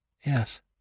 Yes